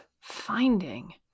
finding